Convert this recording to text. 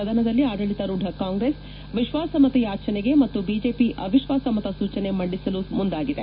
ಸದನದಲ್ಲಿ ಆಡಳಿತಾರೂಢ ಕಾಂಗ್ರೆಸ್ ವಿಶ್ವಾಸಮತ ಯಾಚನೆಗೆ ಮತ್ತು ಬಿಜೆಪಿ ಅವಿಶ್ವಾಸ ಮತ ಸೂಚನೆ ಮಂಡಿಸಲು ಮುಂದಾಗಿದೆ